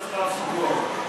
לשנות את הסטטוס-קוו.